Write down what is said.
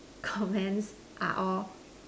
comments are all